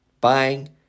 buying